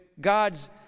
God's